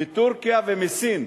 מטורקיה ומסין.